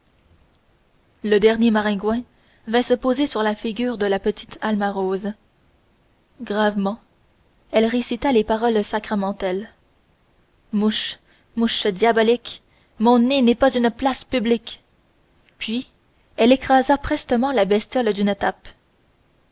le dernier maringouin vint se poser sur la figure de la petite alma rose gravement elle récita les paroles sacramentelles mouche mouche diabolique mon nez n'est pas une place publique puis elle écrasa prestement la bestiole d'une tape